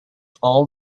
all